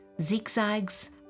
zigzags